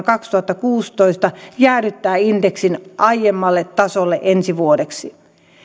kaksituhattakuusitoista jäädyttää indeksin aiemmalle tasolle ensi vuodeksi